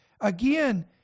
Again